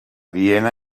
viena